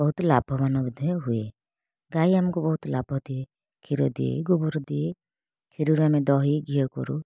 ବହୁତ ଲାଭବାନ ମଧ୍ୟ ହୁଏ ଗାଈ ଆମକୁ ବହୁତ ଲାଭ ଦିଏ କ୍ଷୀର ଦିଏ ଗୋବର ଦିଏ କ୍ଷୀରରୁ ଆମେ ଦହି ଘିଅ କରୁ